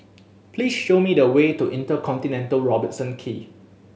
please show me the way to InterContinental Robertson Quay